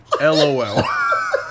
LOL